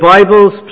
Bibles